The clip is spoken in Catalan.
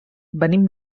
venim